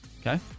Okay